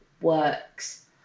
works